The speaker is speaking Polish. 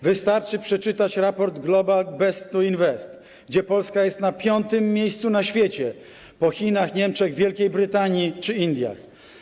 Wystarczy przeczytać raport Global Best to Invest, gdzie Polska jest na piątym miejscu na świecie, po Chinach, Niemczech, Wielkiej Brytanii czy Indiach.